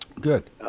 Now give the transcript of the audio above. good